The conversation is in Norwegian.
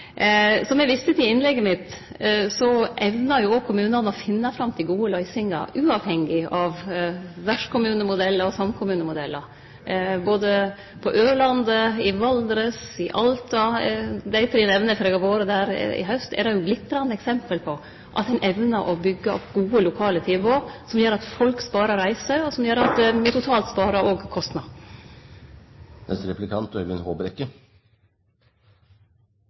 Som eg viste til i innlegget mitt, evnar jo òg kommunane å finne fram til gode løysingar, uavhengig av vertskommunemodellar og samkommunemodellar. Både Ørland, Valdres og Alta – dei tre nemner eg, for eg har vore der i haust – er glitrande eksempel på at ein evner å byggje opp gode, lokale tilbod som gjer at folk sparar reiseveg, og som gjer at me totalt òg sparar kostnader. Først vil jeg si at jeg kunne ønsket meg litt større ydmykhet fra de rød-grønne statsråder og